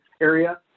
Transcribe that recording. area